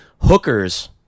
Hookers